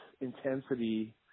intensity